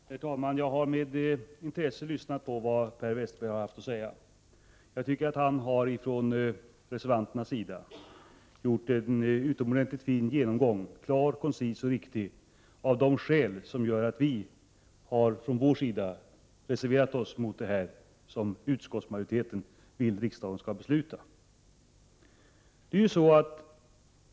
Herr talman! Jag har med intresse lyssnat på vad Per Westerberg haft att säga. Jag tycker att han gjorde en utomordentligt fin genomgång av reservanternas synpunkter. Den var klar, koncis och riktig och gav de skäl som gör att vi från vår sida reserverat oss mot vad utskottsmajoriteten vill att riksdagen skall besluta.